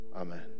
Amen